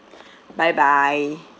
bye bye